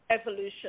evolution